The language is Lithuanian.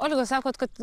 olga sakot kad